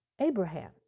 Abraham